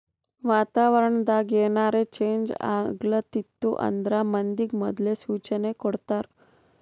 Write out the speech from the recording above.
ವಾತಾವರಣ್ ದಾಗ್ ಏನರೆ ಚೇಂಜ್ ಆಗ್ಲತಿತ್ತು ಅಂದ್ರ ಮಂದಿಗ್ ಮೊದ್ಲೇ ಸೂಚನೆ ಕೊಡ್ತಾರ್